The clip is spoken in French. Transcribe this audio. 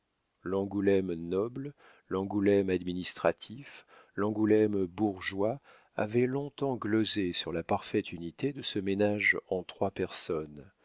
l'angoulême noble l'angoulême administratif l'angoulême bourgeois avaient longtemps glosé sur la parfaite unité de ce ménage en trois personnes